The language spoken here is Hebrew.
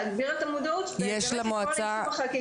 להגביר את המודעות ולפעול לקידום החקיקה.